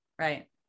Right